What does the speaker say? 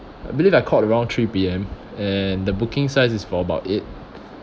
I believe I called around three P_M and the booking size is for about eight